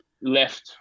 left